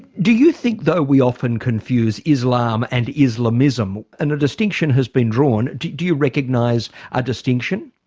do you think though we often confuse islam and islamism and a distinction has been drawn do do you recognise a distinction?